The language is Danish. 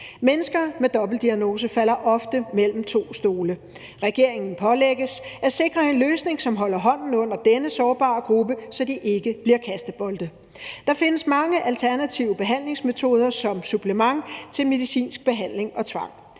Mennesker med dobbeltdiagnose falder ofte mellem to stole. Regeringen pålægges at sikre en løsning, som holder hånden under denne sårbare gruppe, så de ikke bliver kastebolde. Der findes mange alternative behandlingsmetoder som supplement til medicinsk behandling og tvang.